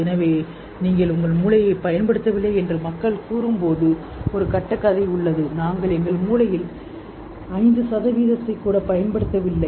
எனவே நீங்கள் உங்கள் மூளையைப் பயன்படுத்தவில்லை என்று மக்கள் கூறும்போது ஒரு கட்டுக்கதை உள்ளது நாங்கள் எங்கள் மூளையில் 5 சதவீதத்தைப் பயன்படுத்துவதில்லை